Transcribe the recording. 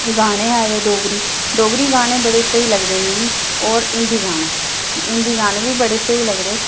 गाने आए दे डोगरी डोगरी गाने बड़े स्हेई लगदे मिगी और हिंदी गाने हिंदी गाने बी बड़े स्हेई लगदे